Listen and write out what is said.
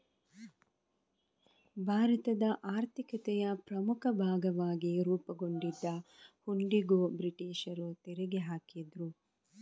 ಭಾರತದ ಆರ್ಥಿಕತೆಯ ಪ್ರಮುಖ ಭಾಗವಾಗಿ ರೂಪುಗೊಂಡಿದ್ದ ಹುಂಡಿಗೂ ಬ್ರಿಟೀಷರು ತೆರಿಗೆ ಹಾಕಿದ್ರು